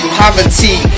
poverty